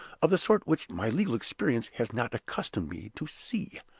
of the sort which my legal experience has not accustomed me to see.